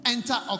Enter